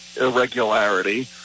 irregularity